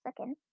second